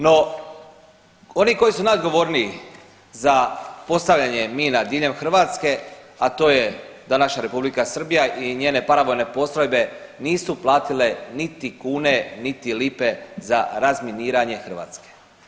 No oni koji su najodgovorniji za postavljanje mina diljem Hrvatske, a to je današnja Republika Srbija i njene paravojne postrojbe nisu platili niti kune, niti lipe za razminiranje Hrvatske.